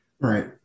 right